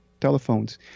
telephones